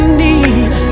need